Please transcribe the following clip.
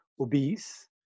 obese